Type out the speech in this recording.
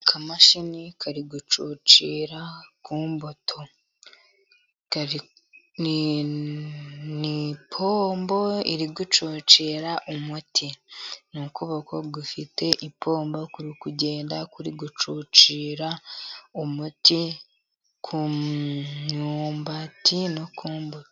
Akamashini kari gucucira ku mbuto. Ni ipombo iri gucucira umuti, n'ukuboko gufite ipombo kuri kugenda gucucira umuti ku myumbati no ku mbuto.